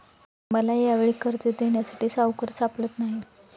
मला यावेळी कर्ज देण्यासाठी सावकार सापडत नाही